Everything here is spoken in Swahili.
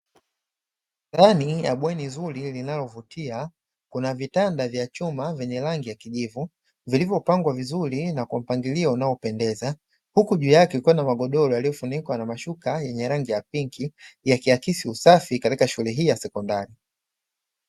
Ndani ya bweni zuri linalovutia, kuna vitanda vya chuma vyenye rangi ya kijivu vilivyopangwa vizuri na kwa mpangilio unaopendeza. Huku juu yake kukiwa na magodoro yaliyofunikwa na mashuka yenye rangi ya pinki, yakiakisi usafi katika shule hii ya sekondari.